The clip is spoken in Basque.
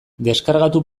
deskargatu